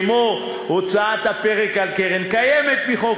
כמו הוצאת הפרק על קרן קיימת מחוק